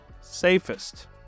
safest